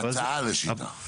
הצעה לשיטה.